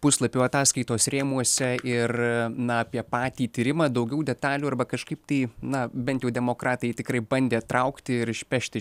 puslapių ataskaitos rėmuose ir na apie patį tyrimą daugiau detalių arba kažkaip tai na bent jau demokratai tikrai bandė traukti ir išpešti